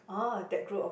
ah that group of